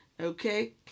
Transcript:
okay